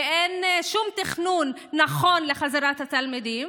ואין שום תכנון נכון לחזרת התלמידים.